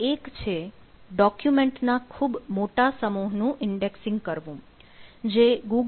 એક છે ડોકયુમેન્ટના ખૂબ મોટા સમૂહ નું ઈન્ડેક્સિંગ કરવો જે ગૂગલ નો એક મહત્વનો હેતુ છે